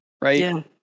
right